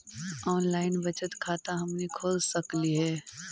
Online बचत खाता हमनी खोल सकली हे?